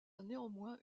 néanmoins